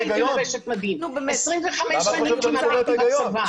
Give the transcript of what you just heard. כמעט 25 שנים לבשתי מדים.